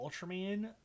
Ultraman